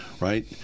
right